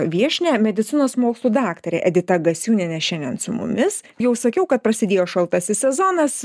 viešnią medicinos mokslų daktarė edita gasiūnienė šiandien su mumis jau sakiau kad prasidėjo šaltasis sezonas